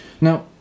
Now